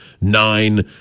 nine